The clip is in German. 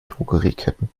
drogerieketten